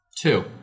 Two